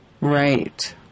Right